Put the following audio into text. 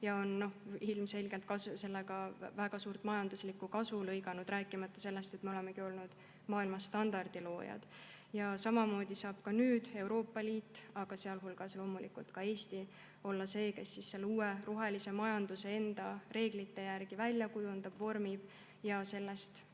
ja on ilmselgelt sellega väga suurt majanduslikku kasu lõiganud, rääkimata sellest, et me olemegi olnud maailmas standardi loojad. Samamoodi saab nüüd Euroopa Liit, sealhulgas loomulikult ka Eesti, olla see, kes selle uue rohelise majanduse enda reeglite järgi välja kujundab, seda vormib ja sellest